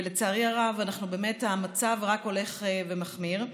ולצערי הרב המצב רק הולך ומחמיר.